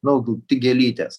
nu tik gėlytės